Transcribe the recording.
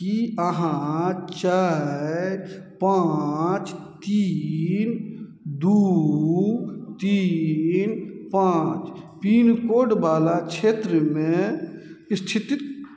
की अहाँ चारि पाँच तीन दू तीन पाँच पिन कोडवला क्षेत्रमे स्थित